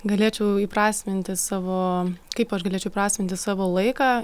galėčiau įprasminti savo kaip aš galėčiau įprasminti savo laiką